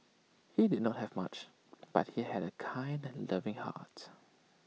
he did not have much but he had A kind and loving heart